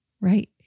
right